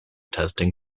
testing